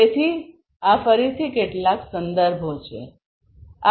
તેથી આ ફરીથી કેટલાક સંદર્ભો છે